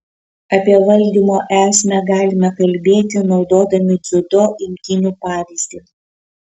apie valdymo esmę galime kalbėti naudodami dziudo imtynių pavyzdį